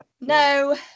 no